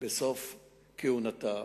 בסוף כהונתה.